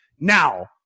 Now